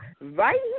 Right